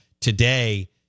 Today